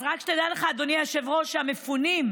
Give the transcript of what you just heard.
אז רק שתדע לך, אדוני היושב-ראש, שהמפונים,